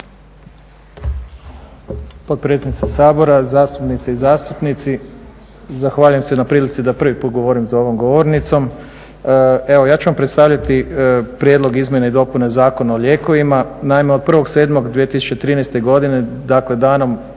Potpredsjednice Sabora, zastupnice i zastupnici, zahvaljujem se na prilici da prvi put govorim za ovom govornicom. Evo, ja ću vam predstaviti prijedlog izmjene i dopune Zakona o lijekovima. Naime, od 01.07.2013. godine, dakle danom